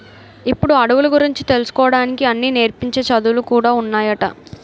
ఇప్పుడు అడవుల గురించి తెలుసుకోడానికి అన్నీ నేర్పించే చదువులు కూడా ఉన్నాయట